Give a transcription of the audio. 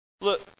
Look